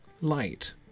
light